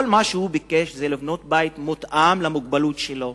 כל מה שהוא ביקש זה לבנות בית מותאם למוגבלות שלו,